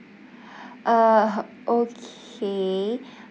uh okay